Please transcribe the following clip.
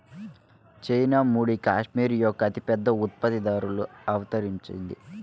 China ముడి cashmere యొక్క అతిపెద్ద ఉత్పత్తిదారుగా అవతరించింది